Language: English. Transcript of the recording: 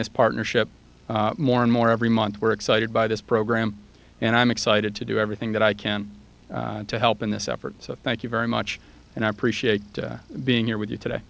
this partnership more and more every month we're excited by this program and i'm excited to do everything that i can to help in this effort so thank you very much and i appreciate being here with you today